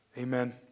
Amen